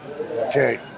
Okay